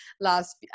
last